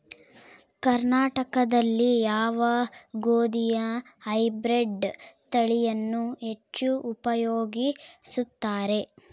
ಕರ್ನಾಟಕದಲ್ಲಿ ಯಾವ ಗೋಧಿಯ ಹೈಬ್ರಿಡ್ ತಳಿಯನ್ನು ಹೆಚ್ಚು ಉಪಯೋಗಿಸುತ್ತಾರೆ?